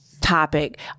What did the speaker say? topic